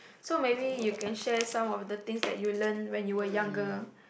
so maybe you can share some of the things that you learnt when you were younger